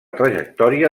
trajectòria